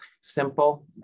simple